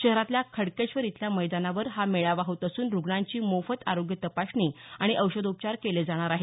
शहरातल्या खडकेश्वर इथल्या मैदानावर हा मेळावा होत असून रूग्णांची मोफत आरोग्य तपासणी आणि औषधोपचार केले जाणार आहेत